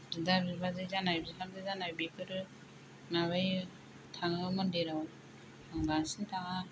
बिदा बिबाजै जानाय बिहामजो जानाय बेफोरो माबायो थाङो मन्दिराव आंं बांसिन थाङा